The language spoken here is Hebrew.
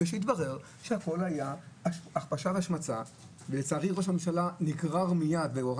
התברר שהכול היה הכפשה והשמצה ולצערי ראש הממשלה נגרר מיד והורה